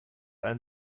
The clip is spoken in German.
ein